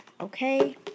okay